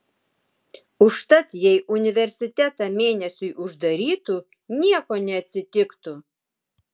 užtat jei universitetą mėnesiui uždarytų nieko neatsitiktų